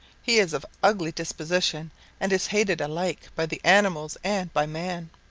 he is of ugly disposition and is hated alike by the animals and by man.